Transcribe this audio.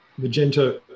Magento